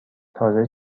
تازه